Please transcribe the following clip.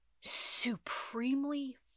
supremely